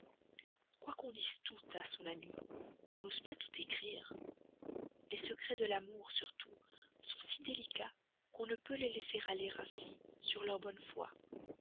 ici quoiqu'on dise tout à son amie on n'ose pas tout écrire les secrets de l'amour surtout sont si délicats qu'on ne peut les laisser aller ainsi sur leur bonne foi